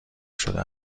شده